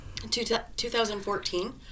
2014